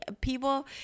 people